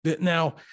Now